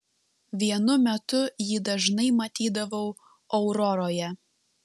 vienu metu jį dažnai matydavau auroroje